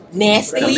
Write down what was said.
nasty